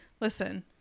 listen